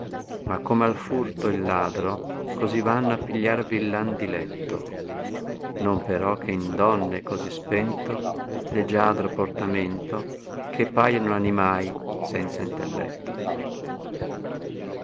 ma come al furto il ladro cosi vanno a pigliar villan diletto non però che in donne è cosi spento leggiadro portamento che paiono animai senza intelletto